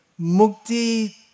mukti